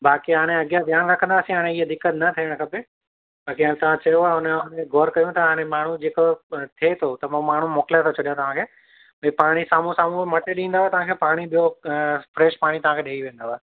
बाक़ी हाणे अॻियां ध्यानु रखंदासीं हाणे हीअ दिक़त न थियणु खपे बाक़ी हाणे तव्हां चयो आहे हुनजो हाणे ग़ौरु कयूं था हाणे माण्हू जेको थिए थो त माण्हू मोकिले थो छॾियां तव्हांखे भई पाणी साम्हूं साम्हूं मटे ॾींदुव तव्हांखे पाणी ॿियो फ्रेश पाणी तव्हांखे ॾेई वेंदुव